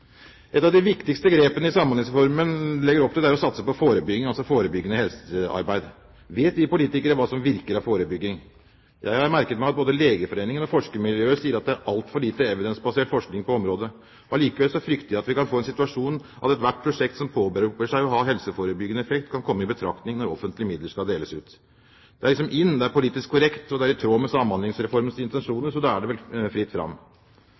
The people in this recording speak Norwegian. av de viktigste grepene Samhandlingsreformen legger opp til, er å satse på forebyggende helsearbeid. Vet vi politikere hva som virker av forebygging? Jeg har merket meg at både Legeforeningen og forskermiljøer sier at det er altfor lite evidensbasert forskning på området. Likevel frykter jeg at vi kan få en situasjon der ethvert prosjekt som påberoper seg å ha helseforebyggende effekt, kan komme i betraktning når offentlige midler nå skal deles ut. Det er liksom in, det er politisk korrekt, og det er i tråd med Samhandlingsreformens intensjoner, så da er det vel fritt fram.